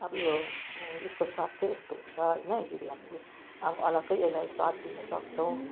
अब यो यसको स्वाद चाहिँ यस्तो हुन्छ होइन अनिखेरि हामीले अब अलग्गै यसलाई स्वाद दिन सक्छौँ